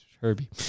Herbie